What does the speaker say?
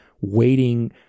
waiting